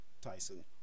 Tyson